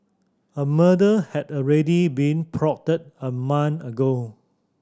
a murder had already been plotted a month ago